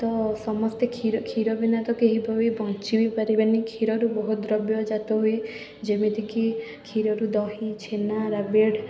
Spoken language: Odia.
ତ ସମସ୍ତେ କ୍ଷୀର କ୍ଷୀର ବିନା ତ କେହିବି ବଞ୍ଚିବି ପାରିବେନି କ୍ଷୀରରୁ ବହୁତ ଦ୍ରବ୍ୟ ଜାତହୁଏ ଯେମିତିକି କ୍ଷୀରରୁ ଦହି ଛେନା ରାବିଡ଼ି